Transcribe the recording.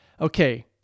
Okay